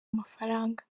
amafaranga